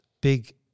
big